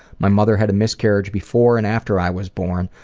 my mother had a miscarriage before and after i was born,